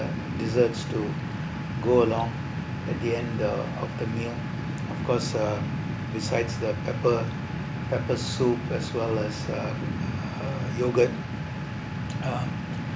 desserts to go along at the end the of the meal of course uh besides the pepper pepper soup as well as the uh yogurt